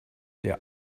der